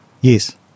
Yes